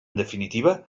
definitiva